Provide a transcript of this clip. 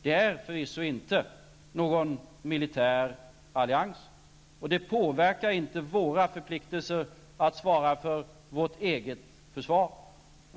Det är förvisso inte någon militär allians, och det påverkar inte våra förpliktelser att svara för vårt eget försvar.